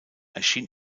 erschien